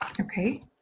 Okay